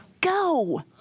go